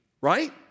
right